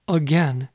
again